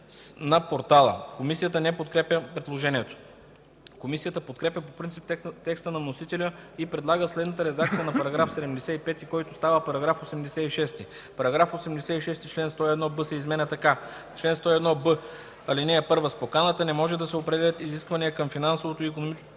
„на портала”.” Комисията не подкрепя предложението. Комисията подкрепя по принцип текста на вносителя и предлага следната редакция на § 75, който става § 86: „§ 86. Член 101б се изменя така: „Чл. 101б. (1) С поканата не може да се определят изисквания към финансовото и икономическото